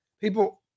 People –